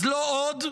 אז לא עוד.